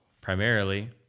primarily